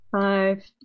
Five